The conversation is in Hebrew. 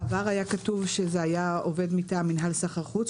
בעבר היה כתוב שזה היה עובד מטעם מינהל סחר חוץ,